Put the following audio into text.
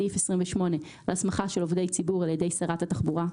סעיף 28 מדבר על הסמכה של עובדי ציבור על ידי שרת התחבורה.